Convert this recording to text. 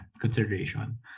consideration